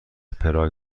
پراگ